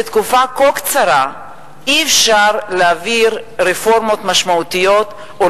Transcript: בתקופה כה קצרה אי-אפשר להעביר רפורמות משמעותיות או